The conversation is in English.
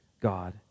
God